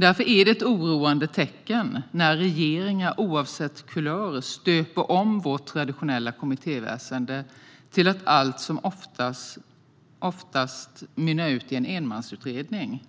Därför är det ett oroande tecken när regeringar oavsett kulör stöper om vårt traditionella kommittéväsen till att allt som oftast mynna ut i en enmansutredning,